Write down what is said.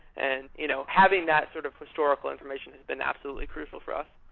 and you know having that sort of historical information has been absolutely crucial for us